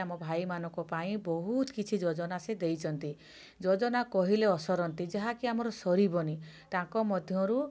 ଆମ ଭାଇ ମାନଙ୍କ ପାଇଁ ବହୁତ କିଛି ଯୋଜନା ସେ ଦେଇଛନ୍ତି ଯୋଜନା କହିଲେ ଅସରନ୍ତି ଯାହାକି ଆମର ସରିବନି ତାଙ୍କ ମଧ୍ୟରୁ